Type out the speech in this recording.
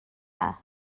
dda